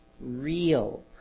real